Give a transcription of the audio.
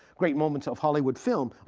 great moments of hollywood film,